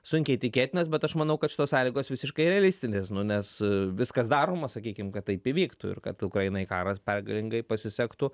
sunkiai tikėtinas bet aš manau kad šitos sąlygos visiškai realistinės nu nes viskas daroma sakykim kad taip įvyktų ir kad ukrainai karas pergalingai pasisektų